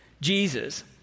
Jesus